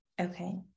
okay